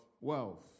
wealth